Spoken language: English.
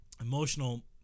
emotional